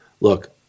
look